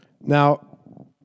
Now